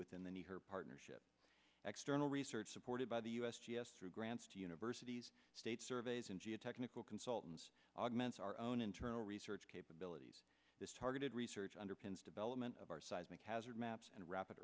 within the new her partnership external research supported by the u s g s through grants to universities state surveys and geotechnical consultants augments our own internal research capabilities targeted research underpins development of our seismic hazard maps and rapid